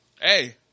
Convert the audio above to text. Hey